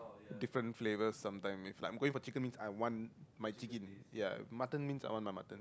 different flavor sometime if like I am going to chicken wing I want my chicken ya mutton means I want a mutton